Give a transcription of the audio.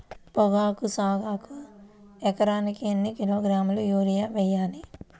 పొగాకు సాగుకు ఎకరానికి ఎన్ని కిలోగ్రాముల యూరియా వేయాలి?